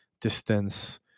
distance